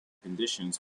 conditions